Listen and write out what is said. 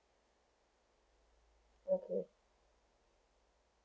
okay